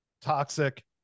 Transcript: toxic